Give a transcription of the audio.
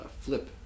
flip